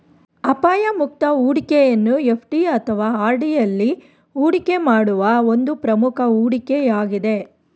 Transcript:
ಅಪಾಯ ಮುಕ್ತ ಹೂಡಿಕೆಯನ್ನು ಎಫ್.ಡಿ ಅಥವಾ ಆರ್.ಡಿ ಎಲ್ಲಿ ಹೂಡಿಕೆ ಮಾಡುವ ಒಂದು ಪ್ರಮುಖ ಹೂಡಿಕೆ ಯಾಗಿದೆ